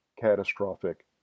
catastrophic